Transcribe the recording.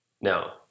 Now